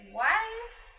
wife